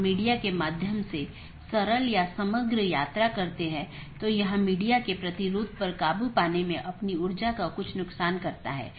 तो यह ऐसा नहीं है कि यह OSPF या RIP प्रकार के प्रोटोकॉल को प्रतिस्थापित करता है